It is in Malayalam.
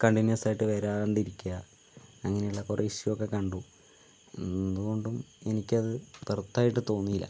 കണ്ടിന്യൂസ് ആയിട്ട് വരാണ്ടിരിക്കുക അങ്ങനെയുള്ള കുറേ ഇഷ്യു ഒക്കെ കണ്ടു എന്തുകൊണ്ടും എനിക്കത് വർത്ത് ആയിട്ട് തോന്നിയില്ല